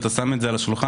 שאתה שם את זה על השולחן,